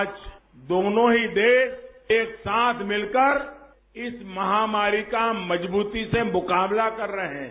आज दोनो ही देश एक साथ मिलकर इस महामारी का मजबूती से मुकाबला कर रहे हैं